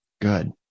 Good